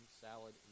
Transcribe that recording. salad